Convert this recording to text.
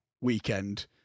weekend